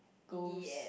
goes